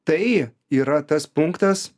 tai yra tas punktas